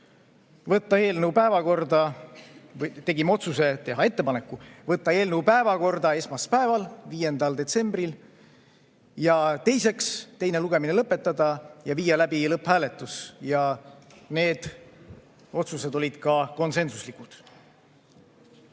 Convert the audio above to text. ei olnud. Aga me tegime otsuse teha ettepanek võtta eelnõu päevakorda esmaspäeval, 5. detsembril. Ja teiseks, teine lugemine lõpetada ja viia läbi lõpphääletus. Need otsused olid konsensuslikud.